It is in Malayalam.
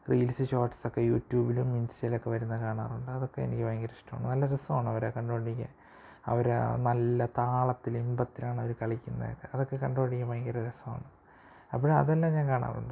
റീൽസ് ഷോർട്സൊക്കെ യൂട്യൂബിലും ഇൻസ്റ്റയിലൊക്കെ വരുന്ന കാണാറുണ്ട് അതൊക്കെ എനിക്ക് ഭയങ്കര ഇഷ്ടമാണ് നല്ല രസമാണ് അവരെ കണ്ടുകൊണ്ടിരിക്കാൻ അവരാ നല്ല താളത്തിൽ ഇമ്പത്തിലാണവർ കളിക്കുന്നൊക്കെ അതൊക്കെ കണ്ടു കൊണ്ടിരിക്കാൻ ഭയങ്കര രസമാണ് അപ്പോൾ അതെല്ലാം ഞാൻ കാണാറുണ്ട്